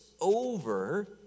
over